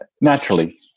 naturally